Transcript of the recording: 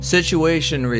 Situation